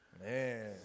Man